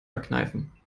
verkneifen